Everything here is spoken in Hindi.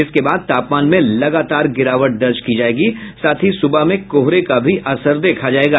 इसके बाद तापमान में लगातार गिरावट दर्ज की जायेगी साथ ही सुबह में कोहरे का भी असर देखा जायेगा